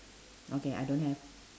okay I don't have